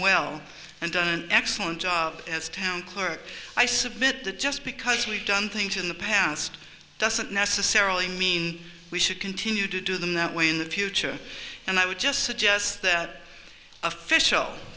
well and done excellent job as town clerk i submit that just because we've done things in the past doesn't necessarily mean we should continue to do them that way in the future and i would just suggest official